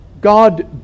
God